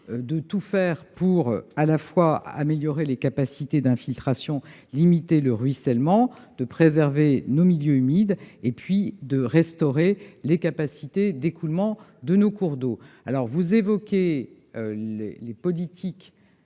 de tout faire pour améliorer les capacités d'infiltration, limiter le ruissellement, préserver nos milieux humides et restaurer les capacités d'écoulement de nos cours d'eau. Monsieur le sénateur, vous évoquez les politiques